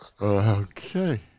Okay